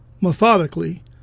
methodically